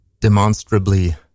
demonstrably